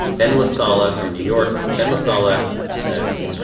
ben lasalla from new york. ben lasalla says.